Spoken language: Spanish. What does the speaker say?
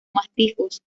macizos